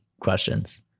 questions